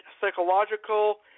psychological